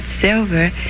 silver